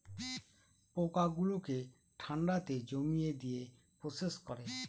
পোকা গুলোকে ঠান্ডাতে জমিয়ে দিয়ে প্রসেস করে